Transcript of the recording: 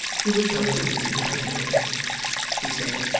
he would come to me, i know he said,